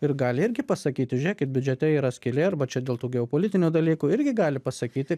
ir gali irgi pasakyti žiūrėkit biudžete yra skylė arba čia dėl tų geopolitinių dalykų irgi gali pasakyti